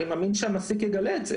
אני מאמין שהמעסיק יגלה את זה.